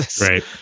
right